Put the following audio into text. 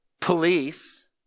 police